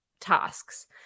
tasks